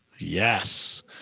Yes